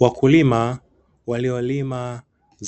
Wakulima waliolima